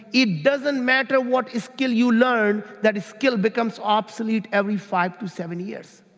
it doesn't matter what skill you learn, that skill becomes obsolete every five to seven years.